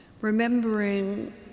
remembering